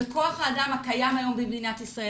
בכוח האדם הקיים היום במדינת ישראל,